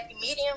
medium